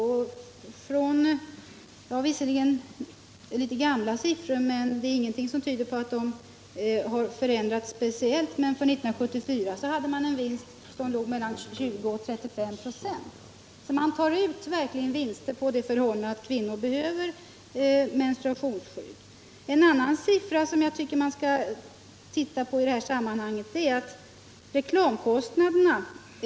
De siffror jag har är visserligen litet gamla, men ingenting tyder på att det skett någon speciell förändring. 1974 låg företagets vinst mellan 20 och 35 26. Så man tar verkligen ut vinster på det förhållandet att kvinnor behöver menstruationsskydd. En annan siffra som jag tycker att det finns anledning att titta på i sammanhanget är reklamkostnaderna.